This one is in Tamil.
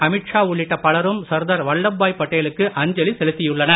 அமித் ஷா உள்ளிட்ட பலரும் சர்தார் வல்லபபாய் படேலுக்கு அஞ்சலி செலுத்தியுள்ளனர்